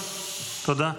תודה.